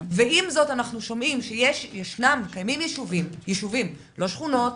ועם זאת אנחנו שומעים שקיימים יישובים לא שכונות,